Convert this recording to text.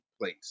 place